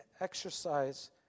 exercise